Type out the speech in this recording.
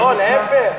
לא, להפך.